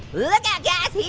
look out guys,